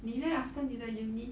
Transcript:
你 leh after 你的 uni